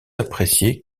appréciés